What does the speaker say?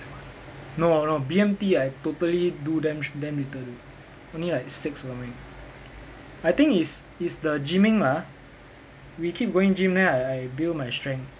no no B_M_T I totally do damn damn little only only like six or something I think it's it's the gymming lah we keep going gym then I I build my strength